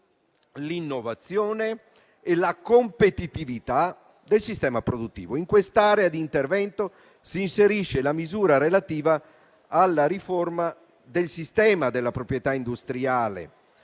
l'innovazione e la competitività del sistema produttivo. In questa area di intervento si inserisce la misura relativa alla riforma del sistema della proprietà industriale